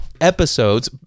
episodes